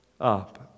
up